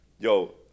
Yo